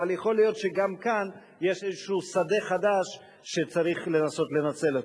אבל יכול להיות שגם כאן יש איזשהו שדה חדש שצריך לנסות לנצל אותו.